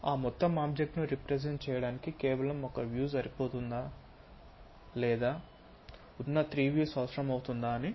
ఆ మొత్తం ఆబ్జెక్ట్ ను రెప్రెసెంట్ చేయడానికి కేవలం ఒక వ్యూ సరిపోతుందా లేదా ఉన్న త్రీ వ్యూస్ అవసరం అవుతుందా అని